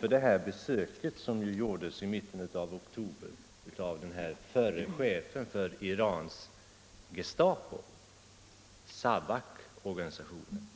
för besöket som gjordes i mitten av oktober av förre chefen för Irans Gestapo, Savaokorganisationen.